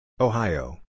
Ohio